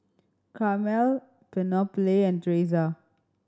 Carmel Penelope and Tresa